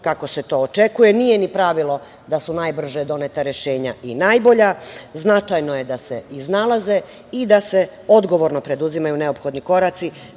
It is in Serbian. kako se to očekuje, nije ni pravilo da su najbrže doneta rešenja i najbolja. Značajno je da se iznalaze i da se odgovorno preduzimaju neophodni koraci